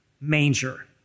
manger